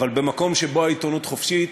אבל במקום שבו העיתונות חופשית,